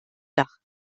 dach